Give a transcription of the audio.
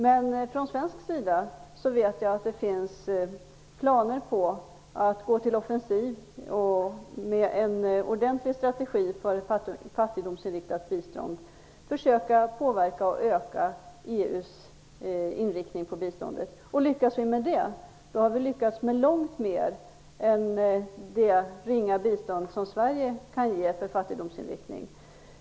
Men jag vet att det från svensk sida finns planer på att gå till offensiv och med en ordentlig strategi för fattigdomsinriktat bistånd försöka påverka EU:s inriktning på biståndet. Lyckas vi med det har vi lyckats med långt mer än det ringa bistånd som Sverige kan ge för fattigdomsinriktning.